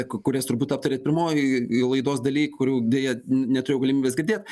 k kurias turbūt aptarėt pirmoj laidos daly kurių deja neturėjau galimybės girdėt